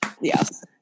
yes